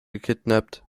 gekidnappt